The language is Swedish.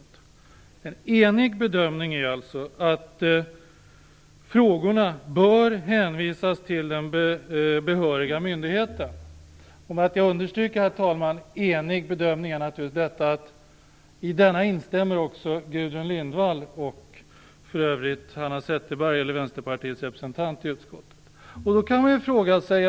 Det är alltså en enhällig bedömning i utskottet att frågorna bör hänvisas till den behöriga myndigheten. Anledningen till att jag poängterar detta är att alltså även Gudrun Lindvall och Vänsterpartiets representant i utskottet instämmer i den.